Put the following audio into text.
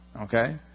Okay